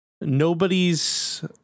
Nobody's